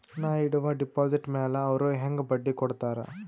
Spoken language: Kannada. ನಾ ಇಡುವ ಡೆಪಾಜಿಟ್ ಮ್ಯಾಲ ಅವ್ರು ಹೆಂಗ ಬಡ್ಡಿ ಕೊಡುತ್ತಾರ?